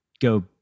go